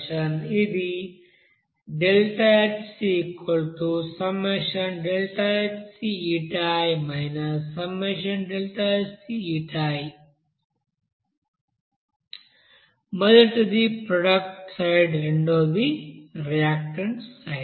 ఇది ΔHc Hci Hci మొదటిది product side రెండవది రియాక్టన్ట్ సైడ్